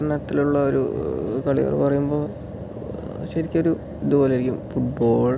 പട്ടണത്തിലുള്ള ഒരു കളികൾ പറയുമ്പോൾ ശരിക്കൊരു ഇതുപോലെയിരിക്കും ഫുട് ബോൾ നമ്മളുടെ